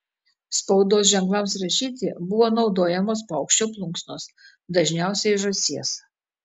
spaudos ženklams rašyti buvo naudojamos paukščio plunksnos dažniausiai žąsies